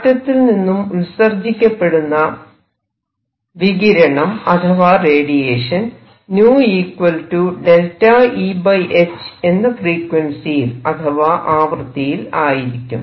ആറ്റത്തിൽ നിന്നും ഉത്സർജിക്കപ്പെടുന്ന വികിരണം അഥവാ റേഡിയേഷൻ v Eh എന്ന ഫ്രീക്വൻസിയിൽ അഥവാ ആവൃത്തിയിൽ ആയിരിക്കും